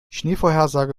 schneevorhersage